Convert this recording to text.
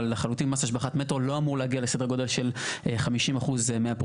אבל לחלוטין מס השבחת מטרו לא אמור להגיע לסדר גודל של 50% מהפרויקט.